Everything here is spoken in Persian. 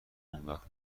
اونوقت